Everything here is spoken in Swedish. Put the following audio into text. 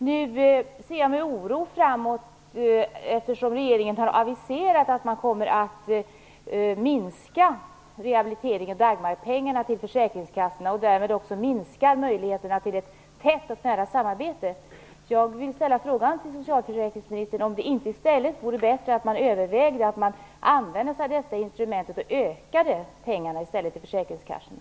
Nu ser jag med oro framåt, eftersom regeringen har aviserat att man kommer att minska summan rehabiliterings och Dagmarpengar till försäkringskassorna. Därmed minskar man också möjligheterna till ett tätt och nära samarbete. Jag vill ställa frågan till socialförsäkringsministern: Vore det inte bättre att man i stället övervägde att använda sig av detta instrument och öka summan till försäkringskassorna?